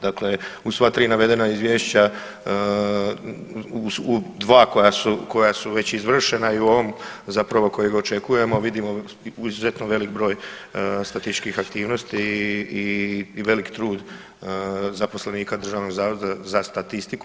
Dakle, u sva tri navedena izvješća, dva koja su već izvršena i u ovom zapravo kojega očekujemo vidimo izuzetno veliki broj statističkih aktivnosti i velik trud zaposlenika Državnog zavoda za statistiku.